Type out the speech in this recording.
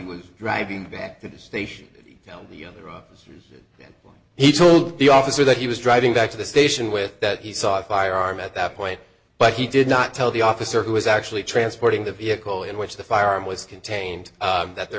was driving back to the station tell the other officers then he told the officer that he was driving back to the station with that he saw a firearm at that point but he did not tell the officer who was actually transporting the vehicle in which the firearm was contained that there